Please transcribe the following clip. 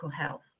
health